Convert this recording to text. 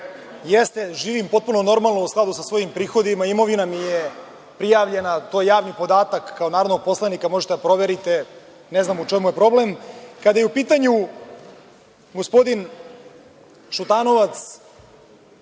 Jeste, živim potpuno normalno u skladu sa svojim primanjima, imovina mi je prijavljena, to je javni podatak kao narodnog poslanika možete da proverite i ne znam u čemu je problem. Kada je u pitanju gospodin Šutanovac,